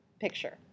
picture